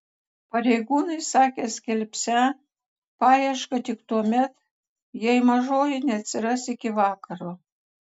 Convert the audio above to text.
pareigūnai sakė skelbsią paiešką tik tuomet jei mažoji neatsiras iki vakaro